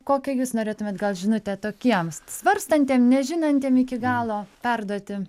kokią jūs norėtumėt gal žinutę tokiems svarstantiem nežinantiem iki galo perduoti